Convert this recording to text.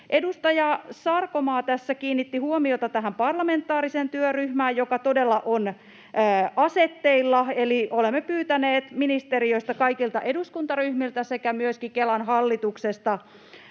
Edustaja Sarkomaa tässä kiinnitti huomiota tähän parlamentaariseen työryhmään, joka todella on asetteilla. Olemme ministeriöstä pyytäneet kaikilta eduskuntaryhmiltä sekä myöskin Kelan hallitukselta